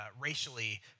racially